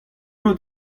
out